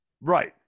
Right